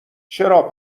چرا